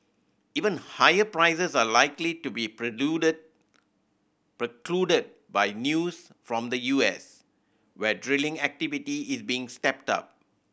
even higher prices are likely to be precluded by news from the U S where drilling activity is being stepped up